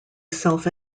self